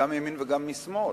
גם מימין וגם משמאל,